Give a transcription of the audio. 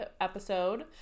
episode